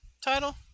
title